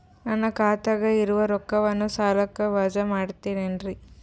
ನನ್ನ ಖಾತಗ ಇರುವ ರೊಕ್ಕವನ್ನು ಸಾಲಕ್ಕ ವಜಾ ಮಾಡ್ತಿರೆನ್ರಿ?